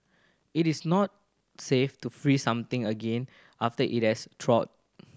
it is not safe to freeze something again after it has thawed